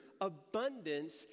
abundance